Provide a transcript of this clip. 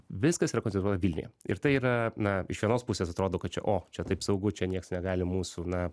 viskas yra koncentruota vilniuje ir tai yra na iš vienos pusės atrodo kad čia o čia taip saugu čia niekas negali mūsų na